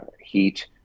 heat